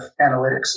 analytics